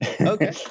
Okay